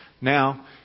now